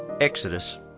Exodus